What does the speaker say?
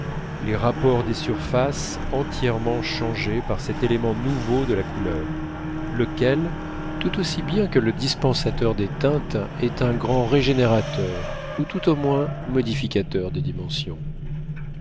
les rapports des surfaces entièrement changés par cet élément nouveau de la couleur lequel tout aussi bien que dispensateur des teintes est un grand régénérateur ou tout au moins modificateur des dimensions